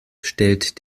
stellt